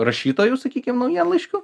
rašytojus sakykim naujienlaiškių